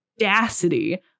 audacity